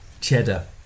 cheddar